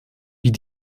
wie